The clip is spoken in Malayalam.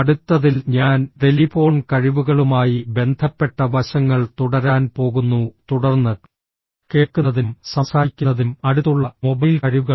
അടുത്തതിൽ ഞാൻ ടെലിഫോൺ കഴിവുകളുമായി ബന്ധപ്പെട്ട വശങ്ങൾ തുടരാൻ പോകുന്നു തുടർന്ന് കേൾക്കുന്നതിനും സംസാരിക്കുന്നതിനും അടുത്തുള്ള മൊബൈൽ കഴിവുകൾ